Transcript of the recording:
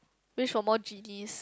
wish for more genies